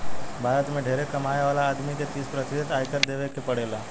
भारत में ढेरे कमाए वाला आदमी के तीस प्रतिशत आयकर देवे के पड़ेला